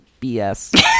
BS